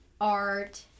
art